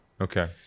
Okay